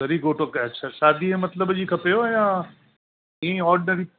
ज़री घोटो की अच्छा शादीअ जे मतिलब जी खपेव या ईअं ई ऑडनरी